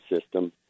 system